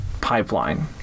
pipeline